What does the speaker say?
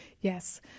Yes